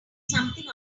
something